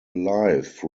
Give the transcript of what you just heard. life